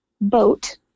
boat